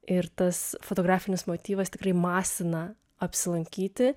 ir tas fotografinis motyvas tikrai masina apsilankyti